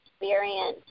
experience